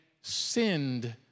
sinned